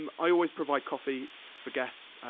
um i always provide coffee for guests,